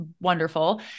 wonderful